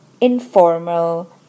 informal